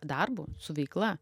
darbu su veikla